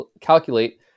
calculate